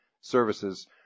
services